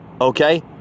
okay